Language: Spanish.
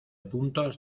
puntos